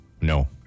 No